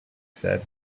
said